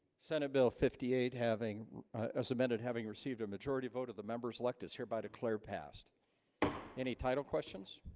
senate bill fifty eight having ah cemented having received a majority vote of the members elect is hereby declare passed any title questions